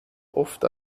oft